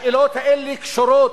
השאלות האלה קשורות,